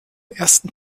ersten